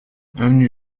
avenue